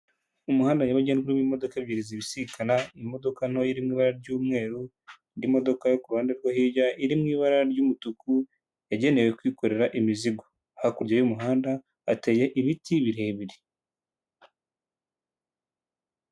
Umuhanda nyabagendwa urimo imodoka ebyiri zibisikana, imodoka ntoya iri mu ibara ry'umweru, indi modoka yo ku ruhande rwo hirya iri mu ibara ry'umutuku yagenewe kwikorera imizigo. Hakurya y'umuhanda hateye ibiti birebire.